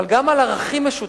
אבל גם על ערכים משותפים.